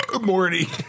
Morty